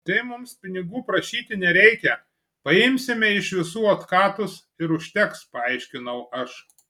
tai mums pinigų prašyti nereikia paimsime iš visų otkatus ir užteks paaiškinau aš